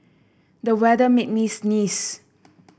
the weather made me sneeze